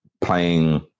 playing